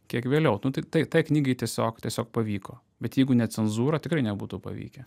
kiek vėliau nu tai tai tai knygai tiesiog tiesiog pavyko bet jeigu ne cenzūra tikrai nebūtų pavykę